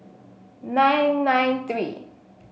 nine nine three